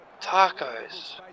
tacos